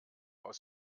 aus